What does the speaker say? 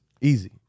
Easy